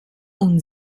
und